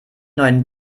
neuen